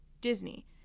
Disney